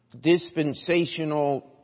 dispensational